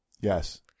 Yes